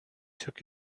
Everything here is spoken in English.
took